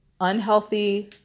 Unhealthy